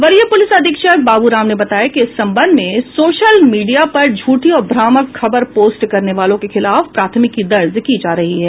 वरीय पुलिस अधीक्षक बाबू राम ने बताया कि इस संबंध में सोशल मीडिया पर झूठी और भ्रामक खबर पोस्ट करने वालों के खिलाफ प्राथमिकी दर्ज की जा रही है